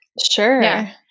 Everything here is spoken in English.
Sure